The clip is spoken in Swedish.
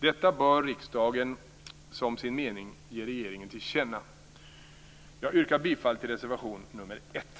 Detta bör riksdagen som sin mening ge regeringen till känna. Jag yrkar bifall till reservation nr 1.